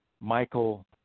Michael